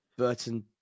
Burton